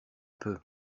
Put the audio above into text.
peu